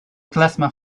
klezmer